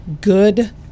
good